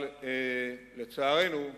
אבל, לצערנו,